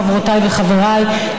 חברותיי וחבריי,